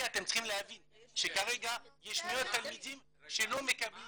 אתם צריכים להבין שכרגע יש מאות תלמידים שלא מקבלים